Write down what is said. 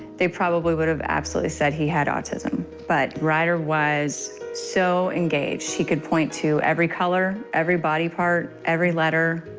they probably would've absolutely said he had autism. but rider was so engaged. he could point to every color, every body part, every letter,